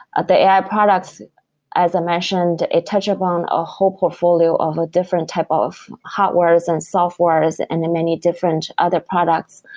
ah the ai products as i mentioned, it touched upon a whole portfolio of a different type ah of hardwares and softwares and many different other products.